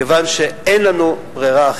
כיוון שאין לנו ברירה.